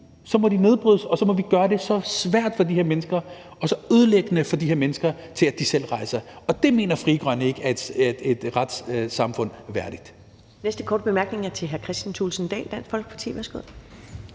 Så må de nedbrydes, og så må vi gøre det så svært for de her mennesker og så ødelæggende for de her mennesker, at de selv rejser, og det mener Frie Grønne ikke er et retssamfund værdigt. Kl. 12:57 Første næstformand (Karen Ellemann): Den næste korte bemærkning er til hr. Kristian Thulesen Dahl, Dansk Folkeparti. Værsgo.